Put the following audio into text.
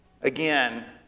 Again